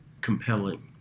compelling